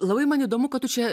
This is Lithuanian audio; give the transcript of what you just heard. labai man įdomu kad tu čia